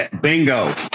Bingo